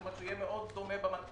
זאת אומרת שהוא יהיה מאוד דומה במתכונת